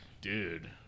dude